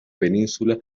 península